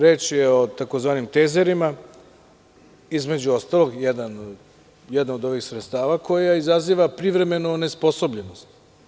Reč je o tzv. tejzerima, između ostalog, jedno od ovih sredstava, koje izaziva privremenu onesposobljenost.